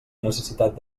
necessitat